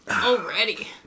Already